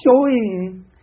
showing